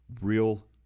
real